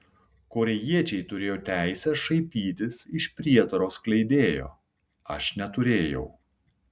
korėjiečiai turėjo teisę šaipytis iš prietaro skleidėjo aš neturėjau